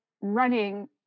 running